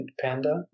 panda